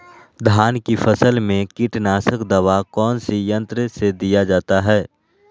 धान की फसल में कीटनाशक दवा कौन सी यंत्र से दिया जाता है?